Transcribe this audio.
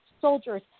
soldiers